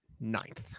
ninth